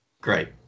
Great